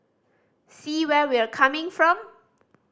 see where we're coming from